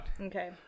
Okay